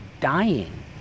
dying